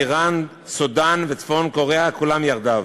איראן, סודאן וצפון-קוריאה כולן יחדיו.